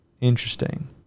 interesting